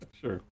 sure